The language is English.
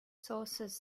sources